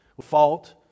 Fault